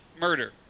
murder